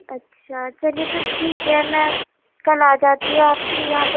اچھا چلیے تو ٹھیک ہے میں کل آ جاتی ہوں آپ کے یہاں پہ